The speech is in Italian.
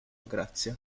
grazia